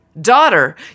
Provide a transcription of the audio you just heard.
Daughter